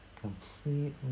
completely